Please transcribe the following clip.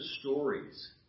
stories